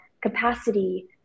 capacity